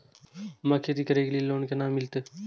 हमरा खेती करे के लिए लोन केना मिलते?